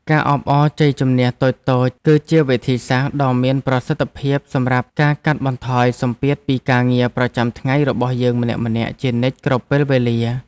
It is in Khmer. អបអរសាទរជ័យជម្នះតូចៗគឺជាវិធីសាស្ត្រដ៏មានប្រសិទ្ធភាពសម្រាប់ការកាត់បន្ថយសម្ពាធពីការងារប្រចាំថ្ងៃរបស់យើងម្នាក់ៗជានិច្ចគ្រប់ពេលវេលា។